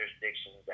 Jurisdictions